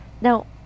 Now